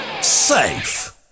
safe